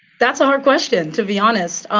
that's a hard question to be honest,